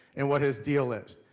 and what his deal is.